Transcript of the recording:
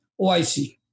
OIC